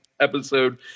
episode